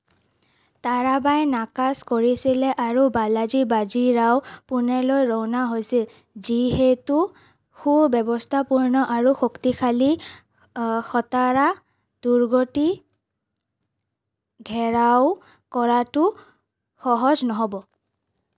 তাৰাবাইয়ে নাকচ কৰিছিল আৰু বালাজী বাজী ৰাও পুনেলৈ ৰাওনা হৈছিল যিহেতু সু ব্যৱস্থাপূৰ্ণ আৰু শক্তিশালী অঁ সতাৰা দুৰ্গটো ঘেৰাও কৰাটো সহজ নহ'ব